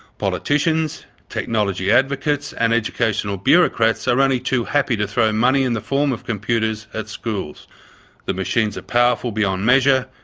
politicians, technology advocates and educational bureaucrats are only too happy to throw money in the form of computers at schools the machines are powerful beyond measure,